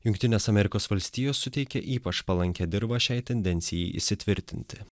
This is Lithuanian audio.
jungtinės amerikos valstijos suteikė ypač palankią dirvą šiai tendencijai įsitvirtinti